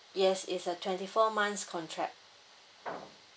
yes is a twenty four months contract